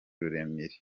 ruremire